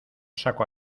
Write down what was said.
saco